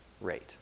rate